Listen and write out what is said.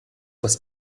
was